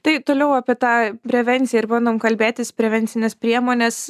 tai toliau apie tą prevenciją ir bandom kalbėtis prevencines priemones